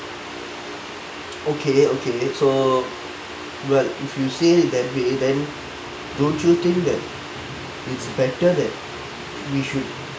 okay okay so well if you say that then don't you think that it's better that we should